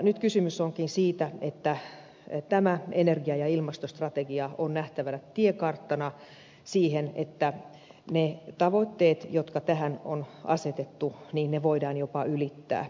nyt kysymys onkin siitä että tämä energia ja ilmastostrategia on nähtävänä tiekarttana siihen että ne tavoitteet jotka tähän on asetettu voidaan jopa ylittää